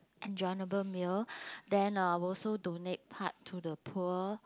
enjoyable meal then uh I will also donate part to the poor